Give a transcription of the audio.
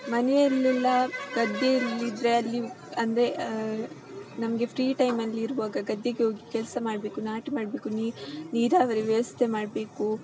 ಮನೆಯಲ್ಲೆಲ್ಲ ಗದ್ದೆಯಲ್ಲಿದ್ದರೆ ಅಲ್ಲಿ ಅಂದರೆ ನಮಗೆ ಫ್ರೀ ಟೈಮಲ್ಲಿರುವಾಗ ಗದ್ದೆಗೋಗಿ ಕೆಲಸ ಮಾಡಬೇಕು ನಾಟಿ ಮಾಡಬೇಕು ನೀರಾವರಿ ವ್ಯವಸ್ಥೆ ಮಾಡಬೇಕು